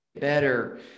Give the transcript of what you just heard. better